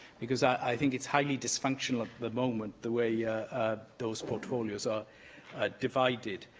because i think it's highly dysfunctional at the moment, the way those portfolios are divided?